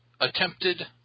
attempted